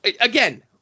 Again